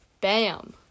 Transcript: BAM